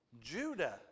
Judah